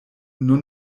nur